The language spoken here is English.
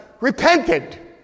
repented